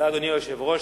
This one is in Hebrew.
אדוני היושב-ראש,